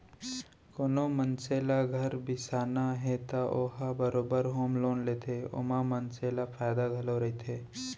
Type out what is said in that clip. कोनो मनसे ल घर बिसाना हे त ओ ह बरोबर होम लोन लेथे ओमा मनसे ल फायदा घलौ रहिथे